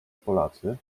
polacy